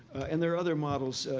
and there are other models,